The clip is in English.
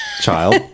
child